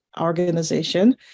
organization